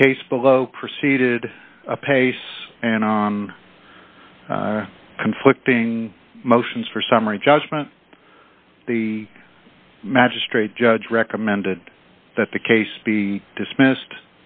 the case below proceeded apace and on conflicting motions for summary judgment the magistrate judge recommended that the case be dismissed